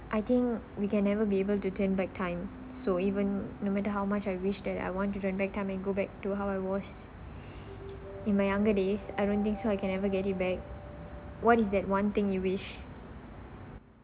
I think we can never be able to turn back time so even no matter how much I wish that I want to turn back time and go back to how I was in my younger days I don't think so I can never get it back what is that one thing you wish